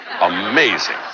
amazing